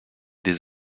des